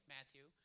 Matthew